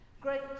Great